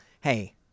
hey